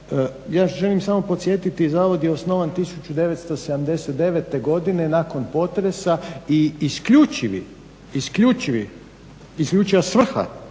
ja želim samo podsjetiti zavod je osnovan 1979.godine nakon potresa i isključiva svrha